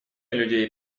людей